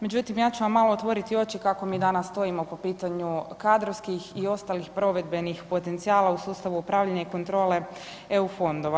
Međutim, ja ću vam malo otvoriti oči kako mi danas stojimo po pitanju kadrovskih i ostalih provedbenih potencijala u sustavu upravljanja i kontrole EU fondova.